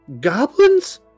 Goblins